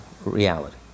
Reality